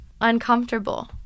Uncomfortable